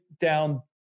down